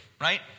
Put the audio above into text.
right